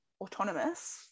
autonomous